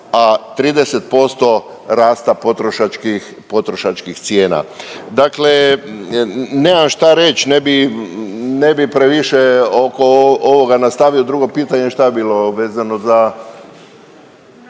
a 30% rasta potrošačkih cijena. Dakle nema šta reći, ne bi, ne bi previše oko ovoga nastavio, drugo pitanje, šta je bilo, vezano za